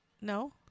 No